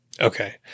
Okay